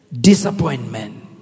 Disappointment